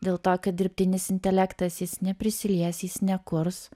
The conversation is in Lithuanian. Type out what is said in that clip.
dėl to kad dirbtinis intelektas jis neprisilies jis nekurs